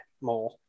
more